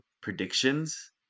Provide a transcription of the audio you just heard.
predictions